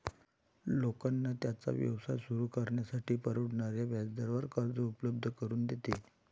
लोकांना त्यांचा व्यवसाय सुरू करण्यासाठी परवडणाऱ्या व्याजदरावर कर्ज उपलब्ध करून देते